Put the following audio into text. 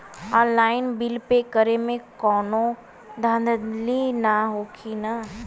Online bill pay करे में कौनो धांधली ना होई ना?